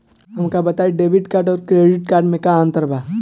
हमका बताई debit card और क्रेडिट कार्ड में का अंतर बा?